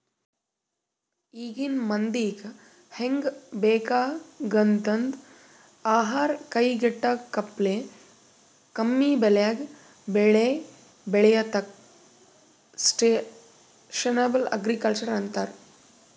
ಈಗಿನ್ ಮಂದಿಗ್ ಹೆಂಗ್ ಬೇಕಾಗಂಥದ್ ಆಹಾರ್ ಕೈಗೆಟಕಪ್ಲೆ ಕಮ್ಮಿಬೆಲೆಗ್ ಬೆಳಿ ಬೆಳ್ಯಾದಕ್ಕ ಸಷ್ಟನೇಬಲ್ ಅಗ್ರಿಕಲ್ಚರ್ ಅಂತರ್